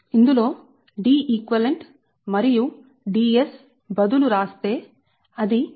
ఇందులో Deq మరియు Ds బదులు రాస్తే అది mHkm లో ఉంటుంది